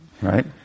right